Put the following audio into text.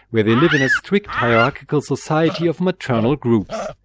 where they live in a strict hierarchical society of maternal groups.